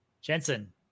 Jensen